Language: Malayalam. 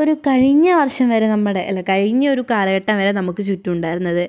ഒരു കഴിഞ്ഞ വർഷം വരെ നമ്മുടെ അല്ല കഴിഞ്ഞ ഒരു കാലഘട്ടം വരെ നമുക്ക് ചുറ്റും ഉണ്ടായിരുന്നത്